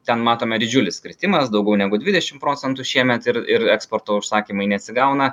ten matome didžiulis kritimas daugiau negu dvidešim procentų šiemet ir ir eksporto užsakymai neatsigauna